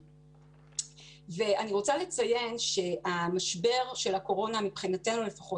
עד 5. זה אומר שרוב האוכלוסייה של מרכז הארץ